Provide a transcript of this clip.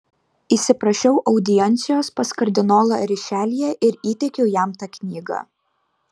įsiprašiau audiencijos pas kardinolą rišeljė ir įteikiau jam tą knygą